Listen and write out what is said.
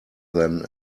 than